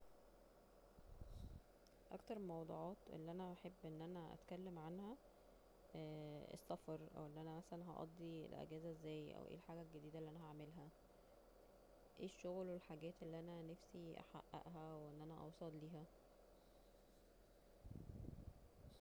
اكتر موضوعات ان أنا بحب أن أنا اتكلم عنها السفر أو أن أنا مثلا هقضي الاجازة ازاي أو أي الحاجة الجديدة اللي انا هعملها اي الشغل والحاجات اللي انا نفسي تحققها وان أنا نفسي اوصل ليها